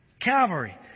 Calvary